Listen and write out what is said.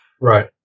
Right